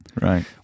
Right